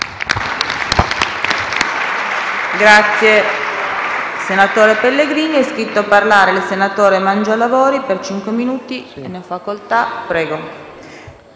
Grazie